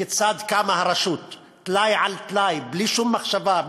כיצד קמה הרשות טלאי על טלאי בלי שום מחשבה,